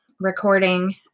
recording